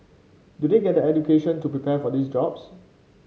do they get the education to prepare for these jobs